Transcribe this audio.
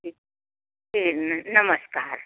जी जी नमस्कार